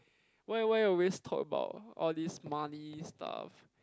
why why always talk about all these money stuff